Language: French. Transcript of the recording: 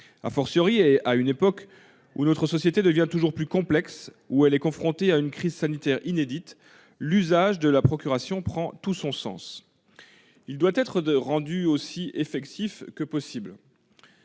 À présent, dans une époque où notre société devient toujours plus complexe, et alors qu'elle est confrontée à une crise sanitaire inédite, l'usage de la procuration prend tout son sens. Il doit donc être rendu aussi effectif que possible.